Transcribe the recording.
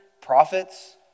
prophets